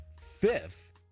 fifth